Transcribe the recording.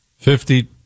Fifty